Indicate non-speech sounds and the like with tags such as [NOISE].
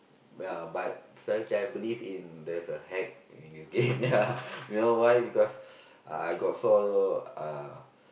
ya but sometimes I believe in there's a hack in the game ya [LAUGHS] you know why ya because I got saw uh